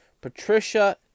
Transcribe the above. Patricia